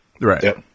Right